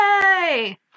Yay